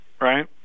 right